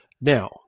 Now